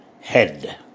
head